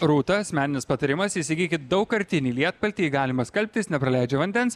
rūta asmeninis patarimas įsigykit daugkartinį lietpaltį jį galima skalbti jis nepraleidžia vandens